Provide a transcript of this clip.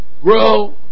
Grow